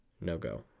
no-go